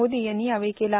मोदी यांनी यावेळी केला